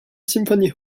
symphony